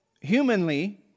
humanly